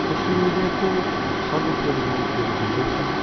social मिडियाको सदुपयोग दुरुपयोग दुईवटै छन्